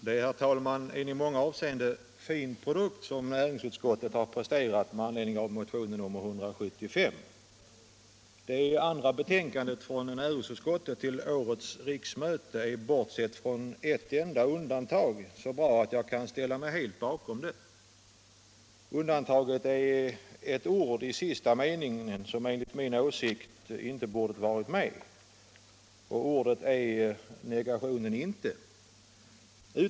Herr talman! Det är en i många avseenden fin produkt som näringsutskottet har presterat med anledning av motionen 1975:175. Det andra betänkandet i nummerordning från näringsutskottet till riksmötet 1975/76 är bortsett från ett enda undantag så bra att jag kan ställa mig helt bakom det. Undantaget är ett ord i sista meningen som enligt min åsikt inte borde ha varit med. Ordet är negationen inte.